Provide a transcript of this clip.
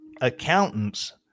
accountants